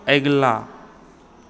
अगिला